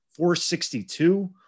462